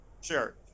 sure